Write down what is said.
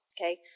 okay